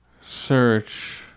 Search